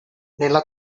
nella